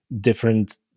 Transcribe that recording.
different